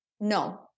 No